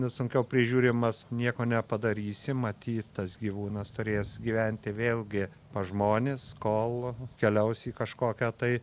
sunkiau prižiūrimas nieko nepadarysi matyt tas gyvūnas turės gyventi vėlgi pas žmones kol keliaus į kažkokią tai